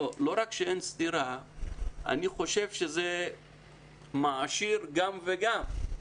לא רק שאין סתירה, אני חושב שזה מעשיר גם וגם.